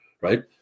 right